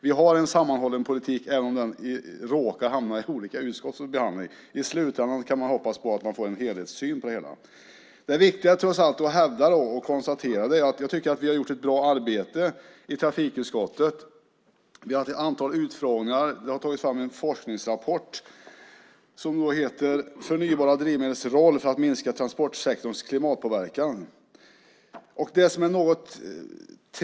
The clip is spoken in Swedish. Vi har en sammanhållen politik även om den råkar hamna i olika utskott för behandling. I slutändan kan man hoppas att man får en helhetssyn på detta. Jag tycker att vi har gjort ett bra arbete i trafikutskottet. Vi har haft ett antal utfrågningar. Vi har tagit fram en forskningsrapport som heter Förnybara drivmedels roll för att minska transportsektorns klimatpåverkan .